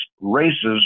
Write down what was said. races